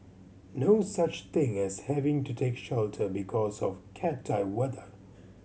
no such thing as having to take shelter because of cat I weather